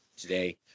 today